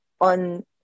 on